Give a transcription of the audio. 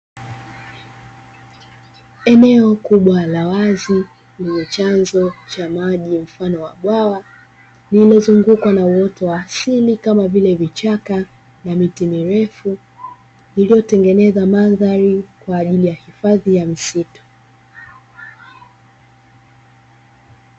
Eneo kubwa la wazi lenye chanzo cha maji lenye mfano wa bwawa limezungukwa na uoto wa asili kama vile vichaka na miti mirefu iliyotengeneza madhari kwajili ya hifadhi ya msitu.